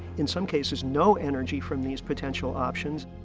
in some cases, no energy from these potential options.